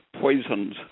poisons